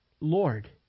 Lord